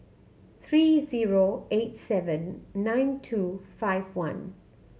three zero eight seven nine two five one